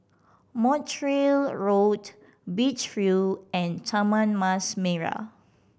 Montreal Road Beach View and Taman Mas Merah